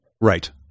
Right